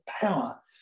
power